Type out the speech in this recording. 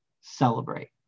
celebrate